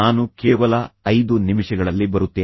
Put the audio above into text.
ನಾನು ಕೇವಲ 5 ನಿಮಿಷಗಳಲ್ಲಿ ಬರುತ್ತೇನೆ